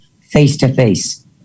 face-to-face